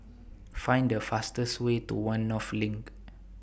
Find The fastest Way to one North LINK